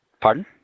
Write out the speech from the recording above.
Pardon